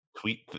tweet